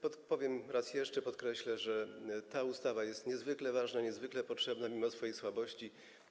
Powiem raz jeszcze, podkreślę, że ta ustawa jest niezwykle ważna, niezwykle potrzebna, mimo swojej słabości.